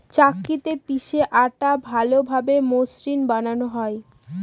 চাক্কিতে পিষে আটা ভালোভাবে মসৃন বানানো হয়